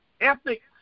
ethics